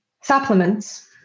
supplements